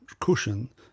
cushion